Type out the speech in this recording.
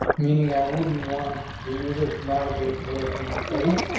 meaning i wouldn't want the user to navigate away from our page.